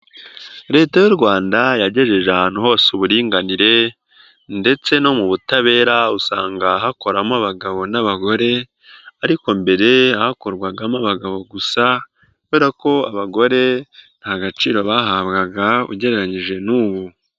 Leta y'u Rwanda yagejeje ahantu hose uburinganire ndetse no mu butabera usanga hakoramo abagabo n'abagore, ariko mbere hakorwagamo abagabo gusa kubera ko abagore nta gaciro bahabwaga ugereranyije n'ubu.